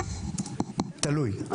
תלוי.